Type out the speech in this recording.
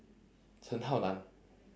chen hao nan